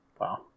Wow